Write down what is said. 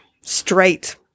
straight